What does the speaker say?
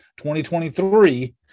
2023